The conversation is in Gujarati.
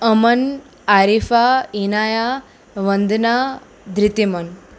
અમન આરિફા ઈનાયા વંદના દ્વિતિમાન